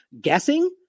guessing